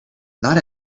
not